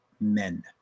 men